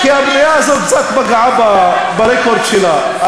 כי הפנייה הזאת קצת פגעה ברקורד שלה.